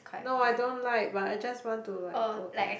no I don't like but I just want to like go in